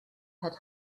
had